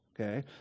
okay